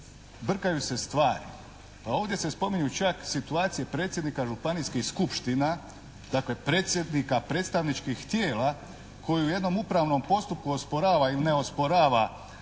brkaju se stvari. Pa ovdje se spominju čak situacije predsjednika županijskih skupština, dakle predsjednika predstavničkih tijela koji u jednom upravnom postupku osporava ili ne osporava